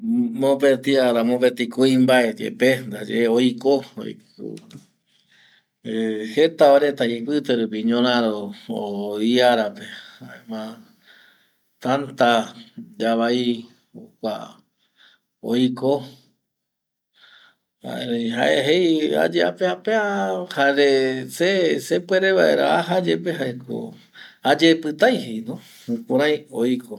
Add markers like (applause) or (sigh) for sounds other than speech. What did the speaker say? Mopeti ara mopeti kuimbae yepe ndaye oiko (hesitation) jeta va reta ipite rupi ñoraro iara pe jaema tanta yavai jokua oiko erei jae jei ayeapea pea jare se sepuere vaera ajayepe jaeko ayepi tai jei no, jukurai oiko